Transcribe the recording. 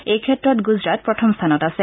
এই ক্ষেত্ৰত গুজৰাট প্ৰথম স্থানত আছে